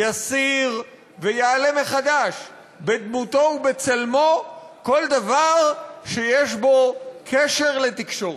יסיר ויעלה מחדש בדמותו ובצלמו כל דבר שיש בו קשר לתקשורת.